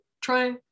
try